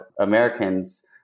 Americans